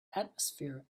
atmosphere